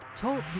Talk